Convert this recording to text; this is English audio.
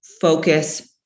focus